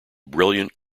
brilliant